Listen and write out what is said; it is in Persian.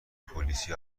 پلیسی